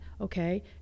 okay